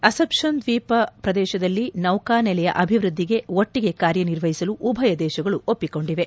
ಅಸಂಪ್ಲನ್ ದ್ಯೀಪ ಪ್ರದೇಶದಲ್ಲಿ ನೌಕಾ ನೆಲೆಯ ಅಭಿವ್ವದ್ದಿಗೆ ಒಟ್ಟಿಗೆ ಕಾರ್ಯನಿರ್ವಹಿಸಲು ಉಭಯ ದೇಶಗಳು ಒಪ್ಪಿಕೊಂಡಿವೆ